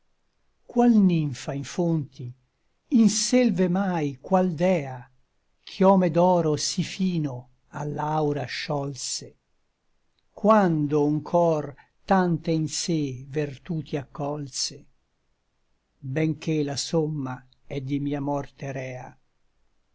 qual nimpha in fonti in selve mai qual dea chiome d'oro sí fino a l'aura sciolse quando un cor tante in sé vertuti accolse benché la somma è di mia morte rea